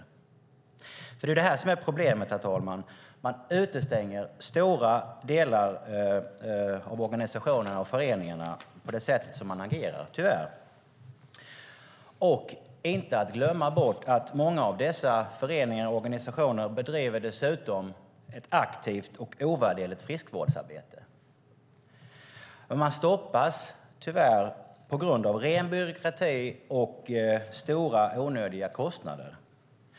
Det är nämligen detta som är problemet, herr talman: Man utestänger tyvärr stora delar av organisationerna och föreningarna genom det sätt man agerar på. Inte att glömma bort är att många av dessa föreningar och organisationer dessutom bedriver ett aktivt och ovärderligt friskvårdsarbete. Men de stoppas tyvärr, på grund av ren byråkrati och stora, onödiga kostnader.